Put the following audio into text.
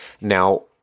Now